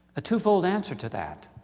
a two-fold answer to that.